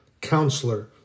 Counselor